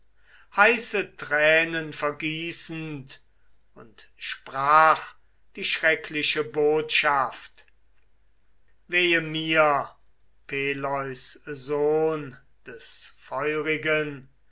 heiße tränen vergießend und sprach die schreckliche botschaft wehe mir peleus sohn des feurigen